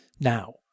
Now